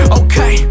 okay